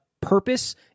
purpose